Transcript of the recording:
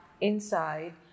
inside